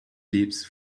leaps